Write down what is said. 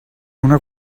una